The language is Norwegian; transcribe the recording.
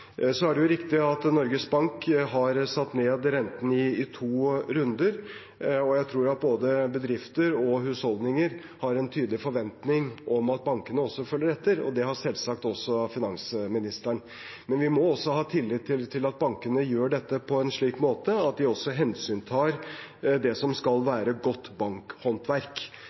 Så er det riktig at Norges Bank har satt ned renten i to runder, og jeg tror at både bedrifter og husholdninger har en tydelig forventning om at bankene også følger etter. Det har selvsagt også finansministeren. Men vi må ha tillit til at bankene gjør dette på en slik måte at de også hensyntar det som skal være godt bankhåndverk.